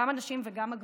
גם הנשים וגם הגברים,